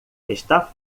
está